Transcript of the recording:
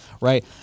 Right